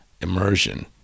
immersion